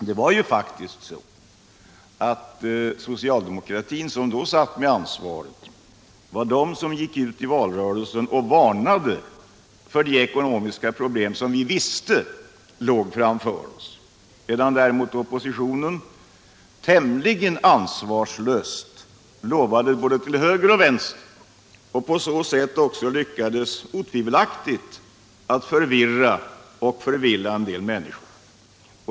Det var ju faktiskt så att socialdemokratin, som då satt med ansvaret, gick ut i valrörelsen och varnade för de ekonomiska problem som vi visste låg tramför oss, medan däremot oppositionen tämligen ansvarslöst gav löften både till höger och till vänster och på så sätt otvivelaktigt lyckades förvirra och förvilla en del människor.